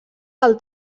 del